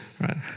right